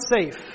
safe